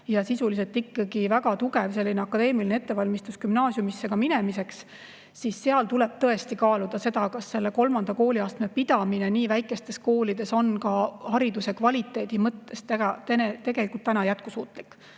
ja sisuliselt ikkagi väga tugev akadeemiline ettevalmistus gümnaasiumisse minemiseks –, siis seal tuleb tõesti kaaluda, kas selle kolmanda kooliastme pidamine nii väikestes koolides on ka hariduse kvaliteedi mõttes jätkusuutlik.